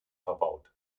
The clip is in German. verbaut